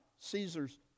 Caesar's